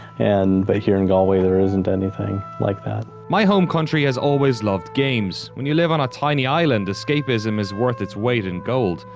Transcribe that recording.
and, like, but here in galway, there isn't anything like that. my home country has always loved games. when you live on a tiny island, escapism is worth its weight in gold.